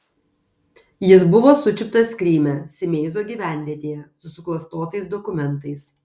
jis buvo sučiuptas kryme simeizo gyvenvietėje su suklastotais dokumentais